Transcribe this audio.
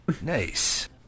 nice